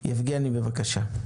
בבקשה.